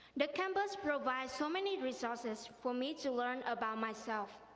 the campus provides so many resources for me to learn about myself,